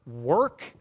work